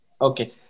Okay